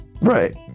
Right